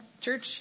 church